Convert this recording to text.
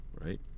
right